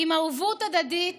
עם הערבות ההדדית